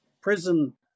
prison